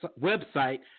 website